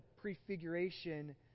prefiguration